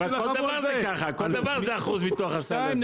אבל כל דבר זה ככה, כל דבר זה אחוז מתוך הסל.